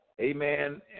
Amen